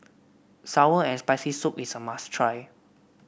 sour and Spicy Soup is a must try